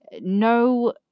no